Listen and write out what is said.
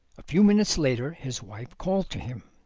a few minutes later his wife called to him.